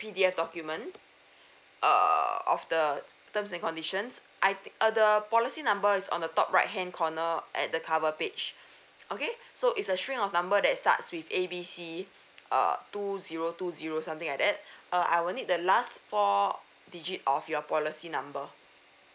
P_D_F document err of the terms and conditions I err the policy number is on the top right hand corner at the cover page okay so it's a string of number that starts with A B C err two zero two zero something like that uh I will need the last four digit of your policy number